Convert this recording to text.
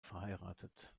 verheiratet